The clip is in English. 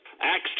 Acts